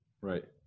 Right